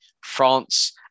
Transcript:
France